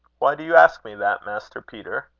why do you ask me that, master peter?